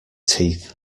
teeth